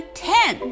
ten